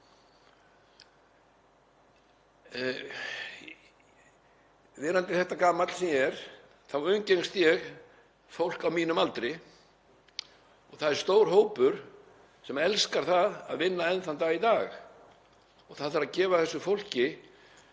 Verandi þetta gamall sem ég er þá umgengst ég fólk á mínum aldri og það er stór hópur sem elskar það að vinna enn þann dag í dag. Það þarf að gefa þessu fólki